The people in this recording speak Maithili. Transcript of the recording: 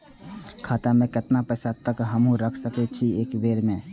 खाता में केतना पैसा तक हमू रख सकी छी एक बेर में?